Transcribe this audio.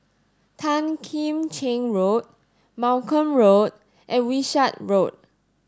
Tan Kim Cheng Road Malcolm Road and Wishart Road